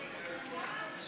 2 ביולי.